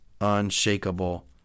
unshakable